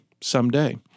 Someday